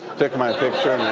took my picture, and